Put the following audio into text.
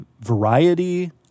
variety